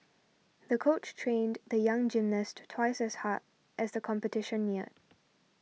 the coach trained the young gymnast twice as hard as the competition neared